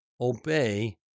obey